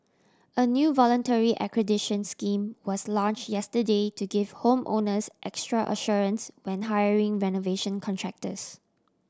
a new voluntary accreditation scheme was launch yesterday to give home owners extra assurance when hiring renovation contractors